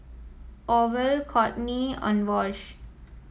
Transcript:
Orval Kortney and Wash